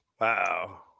Wow